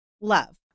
love